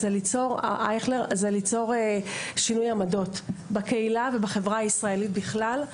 המטרה היא ליצור שינוי עמדות בקהילה ובחברה הישראלית בכלל.